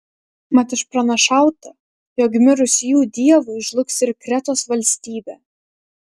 mat išpranašauta jog mirus jų dievui žlugs ir kretos valstybė